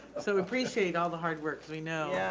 so appreciate all the hard work.